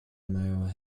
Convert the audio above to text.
male